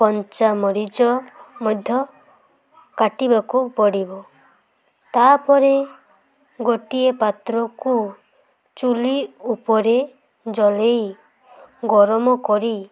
କଞ୍ଚାମରିଚ ମଧ୍ୟ କାଟିବାକୁ ପଡ଼ିବ ତା'ପରେ ଗୋଟିଏ ପାତ୍ରକୁ ଚୁଲି ଉପରେ ଜଳେଇ ଗରମ କରି